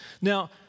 Now